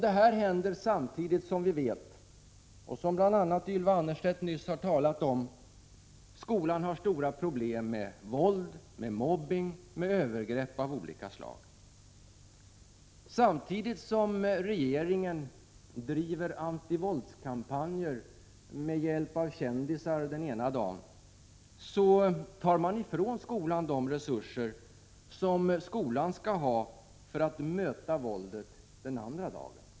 Detta händer samtidigt som vi vet, vilket bl.a. Ylva Annerstedt nyss har talat om, skolan har stora problem med våld, mobbning och övergrepp av olika slag. Samtidigt som regeringen den ena dagen driver antivåldskampanjer med hjälp av kändisar, tar man den andra dagen ifrån skolan de resurser som den skall ha för att möta våldet.